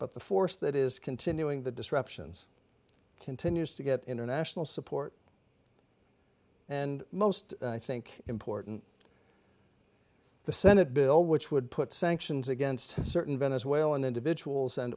but the force that is continuing the disruptions continues to get international support and most i think important the senate bill which would put sanctions against certain venezuelan individuals and